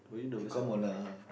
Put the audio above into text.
become on a